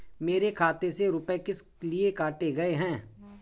मेरे खाते से रुपय किस लिए काटे गए हैं?